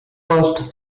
cost